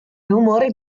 rumore